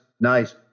Nice